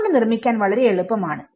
മുള കൊണ്ട് നിർമ്മിക്കാൻ വളരെ എളുപ്പമാണ്